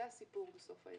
זה הסיפור בסוף היום.